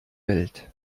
welt